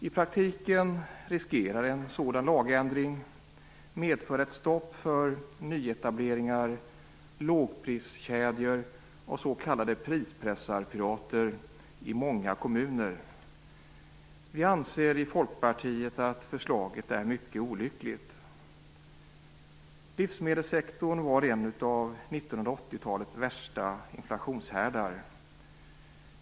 I praktiken riskerar en sådan lagändring att medföra ett stopp för nyetableringar av lågpriskedjor och s.k. pris-pressar-pirater i många kommuner. Vi i Folkpartiet anser att förslaget är mycket olyckligt. Livsmedelssektorn var en av 1980-talets värsta inflationshärdar.